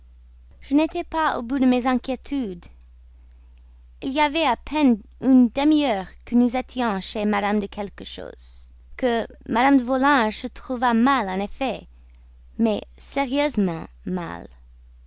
je n'étais pas au bout de mes inquiétudes il y avait à peine une demi-heure que nous étions chez mme de que mme de volanges se trouva mal en effet mais sérieusement mal